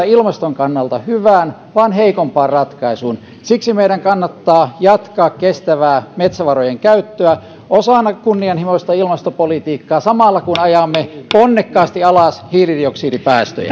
ilmaston kannalta hyvään vaan heikompaan ratkaisuun siksi meidän kannattaa jatkaa kestävää metsävarojen käyttöä osana kunnianhimoista ilmastopolitiikkaa samalla kun ajamme ponnekkaasti alas hiilidioksidipäästöjä